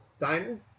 diner